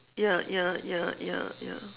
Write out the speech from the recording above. ya ya ya ya ya